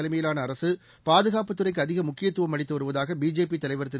தலைமையிலானஅரசுபாதுகாப்புத் துறைக்குஅதிகமுக்கியத்துவம் அளித்துவருவதாகபிஜேபிதலைவர் திரு